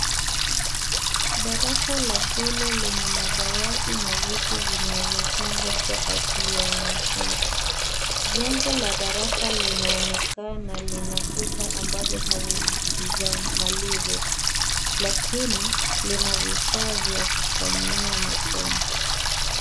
Darasa la shule lenye madawati na viti vinavyopangwa kwa ajili ya wanafunzi .Jengo la darasa linaonekana lina kuta ambazo hazijamalizwa, lakini lina vifaa vya kufanyia masomo.